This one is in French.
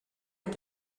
est